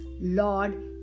lord